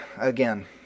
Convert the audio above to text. again